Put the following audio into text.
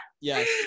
Yes